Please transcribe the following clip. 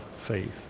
faith